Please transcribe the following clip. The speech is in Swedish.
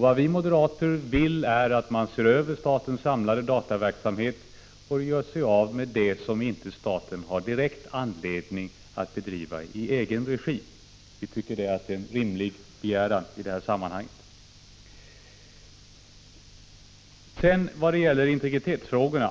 Vad vi moderater vill är att man ser över statens samlade dataverksamhet och gör sig av med det som staten inte har direkt anledning att driva i egen regi. Vi tycker att det är en rimlig begäran i det här sammanhanget. Vad sedan gäller integritetsfrågorna